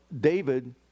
David